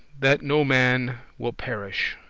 that no man will perish,